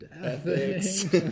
ethics